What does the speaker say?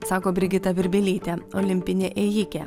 sako brigita virbilytė olimpinė ėjikė